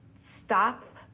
stop